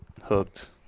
Hooked